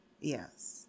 Yes